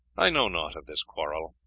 i know naught of this quarrel.